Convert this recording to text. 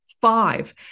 five